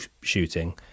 shooting